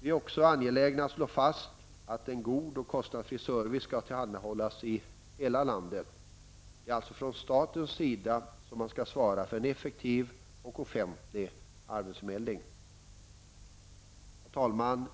Vi är också angelägna om att slå fast att en god och kostnadsfri service skall tillhandahållas i hela landet. Det är alltså staten som skall svara för en effektiv och offentlig arbetsförmedling. Herr talman!